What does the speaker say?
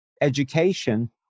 education